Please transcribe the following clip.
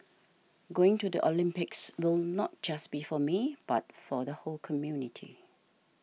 going to the Olympics will not just be for me but for the whole community